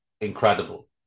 incredible